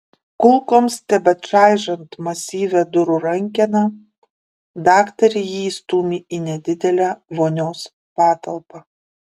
kulkoms tebečaižant masyvią durų rankeną daktarė jį įstūmė į nedidelę vonios patalpą